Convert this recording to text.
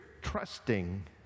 trusting